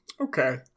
okay